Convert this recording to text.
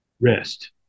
rest